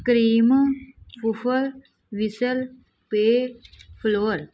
cream ਫੂਫਲ whistle ਪੇ follower